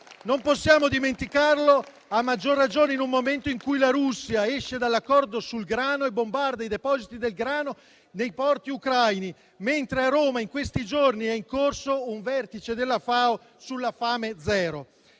Non possiamo dimenticarlo, a maggior ragione in un momento in cui la Russia esce dall'accordo sul grano e bombarda i depositi di grano nei porti ucraini, mentre a Roma in questi giorni è in corso un vertice della FAO sulla fame zero.